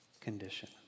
condition